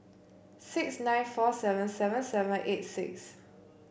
six nine four seven seven seven eight nine